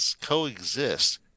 coexist